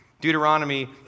Deuteronomy